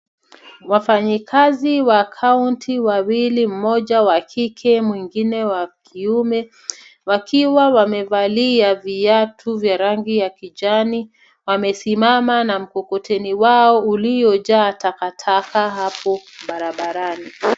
Wafanyikazi wa kaunti wawili mmoja wa kike mwingine wa kiume wakiwa wamevalia viatu vya rangi ya kijani wamesimama na mkokoteni wao uliojaa takataka hapo barabarani.